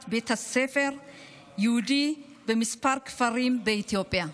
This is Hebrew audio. בתי ספר יהודיים בכמה כפרים באתיופיה,